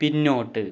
പിന്നോട്ട്